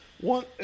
One